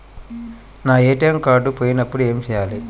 నా ATM card పోయినప్పుడు ఏమి చేయాలి?